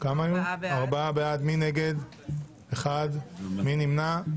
מי נגד, מי נמנע?